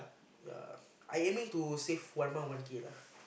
yea I aiming to save one month one K lah